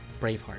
Braveheart